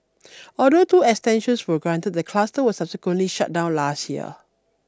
although two extensions were granted the cluster was subsequently shut down last year